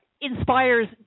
inspires